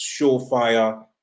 surefire